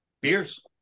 beers